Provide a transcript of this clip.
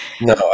No